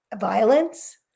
violence